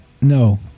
no